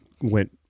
went